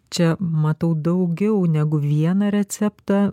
čia matau daugiau negu vieną receptą